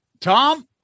Tom